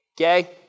okay